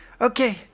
Okay